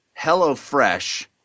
HelloFresh